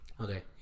Okay